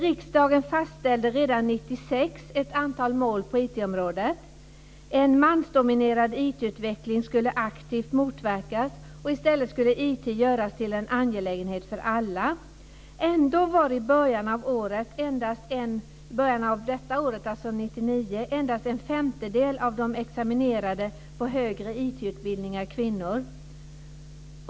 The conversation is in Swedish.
Riksdagen fastställde redan 1996 ett antal mål på IT-området. En mansdominerad IT-utveckling skulle aktivt motverkas, och i stället skulle IT göras till en angelägenhet för alla. Ändå var i början av 1999 endast en femtedel av de examinerade på högre IT utbildningar kvinnor.